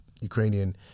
Ukrainian